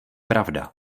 pravda